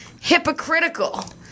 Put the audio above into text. hypocritical